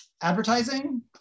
advertising